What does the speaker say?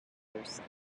person